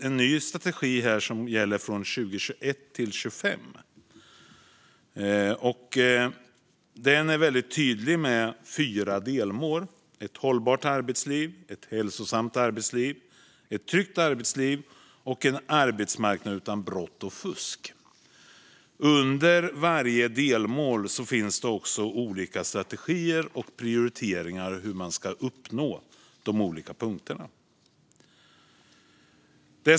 En ny strategi som gäller för 2021-2025 har presenterats. Den har fyra tydliga delmål: ett hållbart arbetsliv, ett hälsosamt arbetsliv, ett tryggt arbetsliv och en arbetsmarknad utan brott och fusk. Under varje delmål finns också olika strategier och prioriteringar för hur man ska uppnå de olika punkterna.